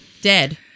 dead